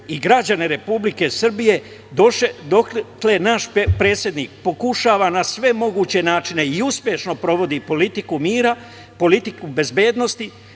i građane republike Srbije, dotle naš predsednik pokušava na sve moguće načine i uspešno provodi politiku mira, politiku bezbednosti